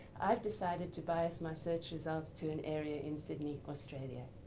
i've decided to bias my search results to an area in sydney, australia.